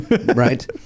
Right